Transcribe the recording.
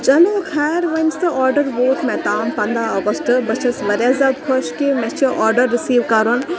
چلو خیر وَنس تہِ آرڈَر ووت مےٚ تام پَنٛداہ اَگَستہٕ بہٕ چھَس واریاہ زیادٕ خۄش کہِ مےٚ چھِ آڈَر رِسیٖو کَرُن